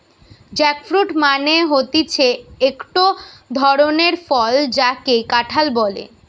jackfruit মানে হতিছে একটো ধরণের ফল যাকে কাঁঠাল বলে